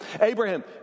Abraham